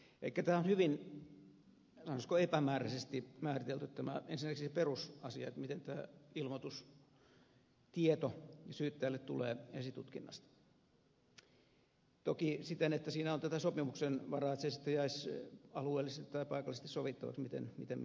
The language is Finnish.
on hyvin sanoisiko epämääräisesti määritelty ensinnäkin se perusasia miten tämä ilmoitustieto syyttäjälle tulee esitutkinnasta toki siten että siinä on tätä sopimuksen varaa että se sitten jäisi alueellisesti tai paikallisesti sovittavaksi miten menetellään